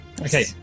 Okay